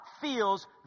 feels